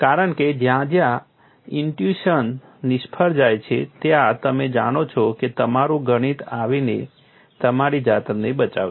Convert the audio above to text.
કારણ કે જ્યાં જ્યાં ઈન્ટ્યુઈશન નિષ્ફળ જાય છે ત્યાં તમે જાણો છો કે તમારું ગણિત આવીને તમારી જાતને બચાવશે